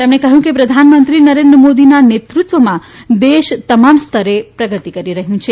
તેમણે કહ્યું કે પ્રધાનમંત્રી નરેન્દ્ર મોદીના નેતૃત્વમાં દેશ તમામ સ્તરે પ્રગતિ કરી રહ્યું છે